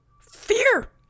fear